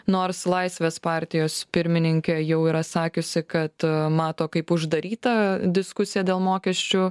nors laisvės partijos pirmininkė jau yra sakiusi kad mato kaip uždarytą diskusiją dėl mokesčių